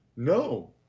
no